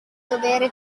dovere